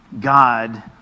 God